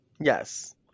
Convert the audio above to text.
Yes